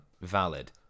valid